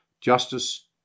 justice